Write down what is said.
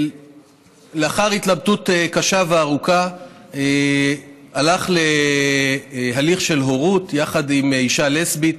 ולאחר התלבטות קשה וארוכה הלך להליך של הורות יחד עם אישה לסבית,